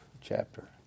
chapter